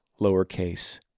lowercase